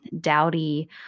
dowdy